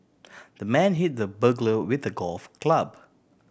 the man hit the burglar with a golf club